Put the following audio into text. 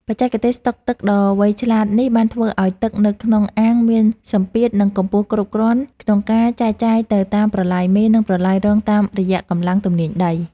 បច្ចេកទេសស្តុកទឹកដ៏វៃឆ្លាតនេះបានធ្វើឱ្យទឹកនៅក្នុងអាងមានសម្ពាធ និងកម្ពស់គ្រប់គ្រាន់ក្នុងការចែកចាយទៅតាមប្រឡាយមេ និងប្រឡាយរងតាមរយៈកម្លាំងទំនាញដី។